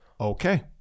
Okay